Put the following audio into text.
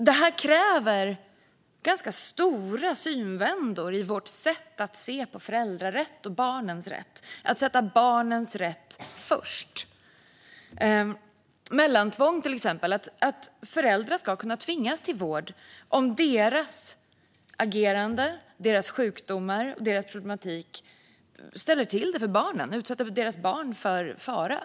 Det krävs ganska stora synvändor i vårt sätt att se på föräldrarätt och barnens rätt för att sätta barnens rätt först. Det gäller till exempel mellantvång, att föräldrar ska kunna tvingas till vård om deras agerande, deras sjukdomar och deras problematik ställer till det för deras barn och utsätter dem för fara.